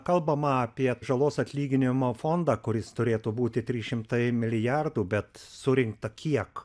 kalbama apie žalos atlyginimo fondą kuris turėtų būti trys šimtai milijardų bet surinkta kiek